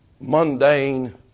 mundane